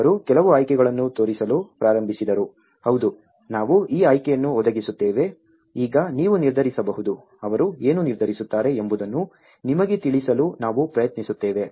ಅವರು ಕೆಲವು ಆಯ್ಕೆಗಳನ್ನು ತೋರಿಸಲು ಪ್ರಾರಂಭಿಸಿದರು ಹೌದು ನಾವು ಈ ಆಯ್ಕೆಯನ್ನು ಒದಗಿಸುತ್ತೇವೆ ಈಗ ನೀವು ನಿರ್ಧರಿಸಬಹುದು ಅವರು ಏನು ನಿರ್ಧರಿಸುತ್ತಾರೆ ಎಂಬುದನ್ನು ನಿಮಗೆ ತಿಳಿಸಲು ನಾವು ಪ್ರಯತ್ನಿಸುತ್ತೇವೆ